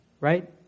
right